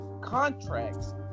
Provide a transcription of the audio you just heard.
contracts